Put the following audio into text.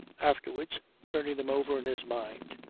afterwards, turning them over in his mind,